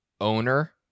owner